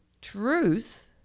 Truth